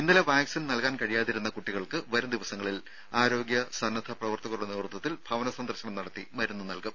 ഇന്നലെ വാക്സിൻ നൽകാതിരുന്ന കുട്ടികൾക്ക് വരും ദിവസങ്ങളിൽ ആരോഗ്യ സന്നദ്ധ പ്രവർത്തകരുടെ നേതൃത്വത്തിൽ ഭവന സന്ദർശനം നടത്തി മരുന്ന് നൽകും